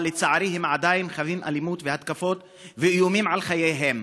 אבל לצערי הם עדיין חווים אלימות והתקפות ואיומים על חייהם,